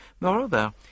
Moreover